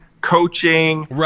coaching